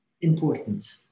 important